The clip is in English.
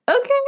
okay